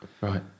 Right